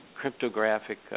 cryptographic